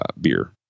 beer